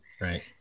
Right